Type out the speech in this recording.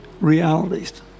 realities